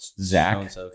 Zach